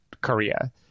Korea